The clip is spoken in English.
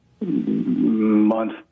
month